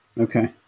Okay